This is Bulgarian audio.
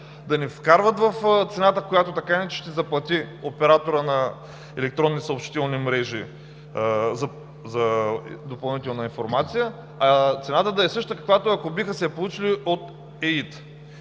да не вкарват в цената, която така или иначе ще заплати операторът на електронни съобщителни мрежи за допълнителна информация, а цената да е същата каквато, ако биха си я получили от